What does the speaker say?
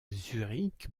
zurich